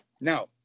Now